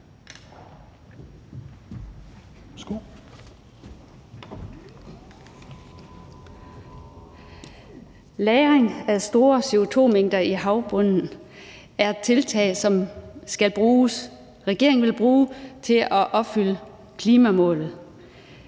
Lagring af store CO2-mængder i havbunden er et tiltag, som regeringen vil bruge til at opfylde klimamålet,